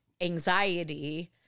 anxiety